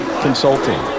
consulting